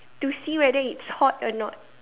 to see whether it's hot or not